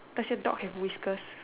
does your dog have whiskers